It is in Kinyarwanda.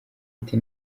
ati